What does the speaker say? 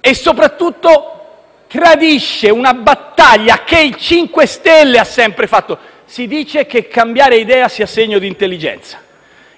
e soprattutto tradisce una battaglia che i 5 Stelle hanno sempre fatto. Si dice che cambiare idea sia segno di intelligenza: